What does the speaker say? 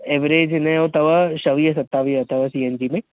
average हिनजो अथव छवीह सतावीह अथव सी एन जी में